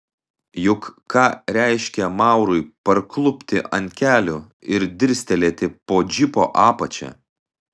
juk ką reiškė maurui parklupti ant kelių ir dirstelėti po džipo apačia